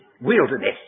wilderness